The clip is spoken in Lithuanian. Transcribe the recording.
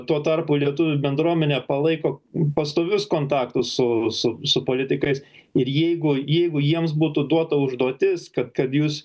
tuo tarpu lietuvių bendruomenė palaiko pastovius kontaktus su su su politikais ir jeigu jeigu jiems būtų duota užduotis kad kad jūs